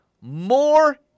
More